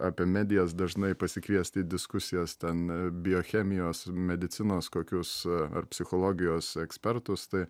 apie medijas dažnai pasikviest į diskusijas ten biochemijos medicinos kokius ar psichologijos ekspertus tai